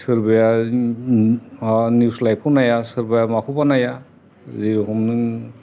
सोरबाया news live खौ नाया सोरबाया माखौबा नाया जे रखम नों